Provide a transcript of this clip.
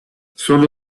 sono